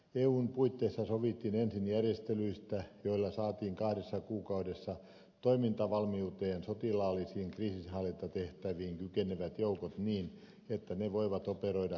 eun puitteissa sovittiin ensin järjestelyistä joilla saatiin kahdessa kuukaudessa toimintavalmiuteen sotilaallisiin kriisinhallintatehtäviin kykenevät joukot niin että ne voivat operoida vuoden ajan